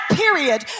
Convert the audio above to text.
period